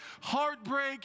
heartbreak